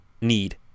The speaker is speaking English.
need